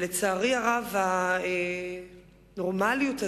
לצערי הרב, הנורמליות הזאת,